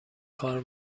کار